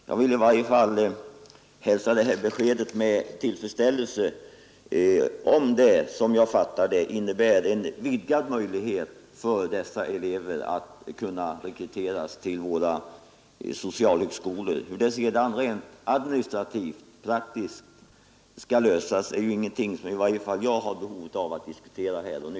Jag vill i varje fall hälsa detta statsrådets besked med tillfredsställelse, om det — som jag har fattat det — innebär vidgade möjligheter för dessa elever att vinna inträde vid våra socialhögskolor. Hur detta sedan rent administrativt-praktiskt skall lösas är ingenting som jag har något behov av att diskutera här och nu